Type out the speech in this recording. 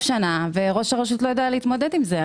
שנה וראש הרשות לא יודע להתמודד עם זה.